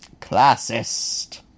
classist